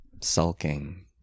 sulking